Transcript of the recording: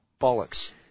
bollocks